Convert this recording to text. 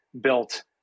built